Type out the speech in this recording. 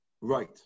Right